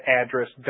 address